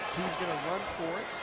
he's going to run for it.